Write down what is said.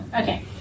Okay